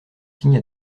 signe